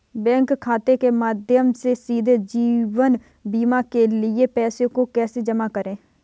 Bank खाते के माध्यम से सीधे जीवन बीमा के लिए पैसे को कैसे जमा करें?